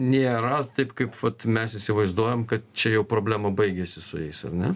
nėra taip kaip vat mes įsivaizduojam kad čia jau problema baigėsi su jais ar ne